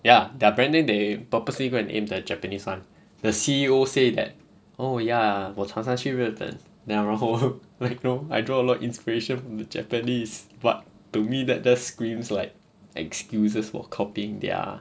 ya their branding they purposely go and aim the japanese [one] the C_E_O said that oh ya 我常常去日本 then 然后 I draw a lot of inspiration from the japanese but to me that just screams like excuses for copying their